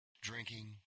Drinking